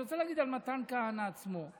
אני רוצה להגיד על מתן כהנא עצמו.